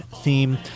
theme